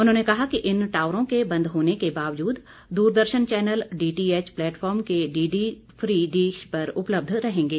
उन्होंने कहा कि इन टावरों के बंद होने के बावजूद दूरदर्शन चैनल डीटीएच प्लेटफार्म के डीडी फ्री डिश पर उपलब्ध रहेंगे